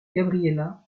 gabriella